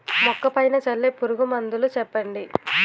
మొక్క పైన చల్లే పురుగు మందులు చెప్పండి?